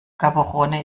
gaborone